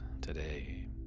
today